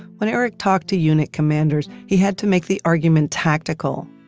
when eric talked to unit commanders, he had to make the argument tactical.